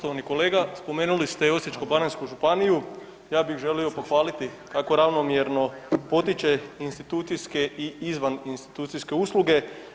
Poštovani kolega spomenuli ste Osječko-baranjsku županiju ja bih želio pohvaliti kako ravnomjerno potiče institucijske i izvan institucijske usluge.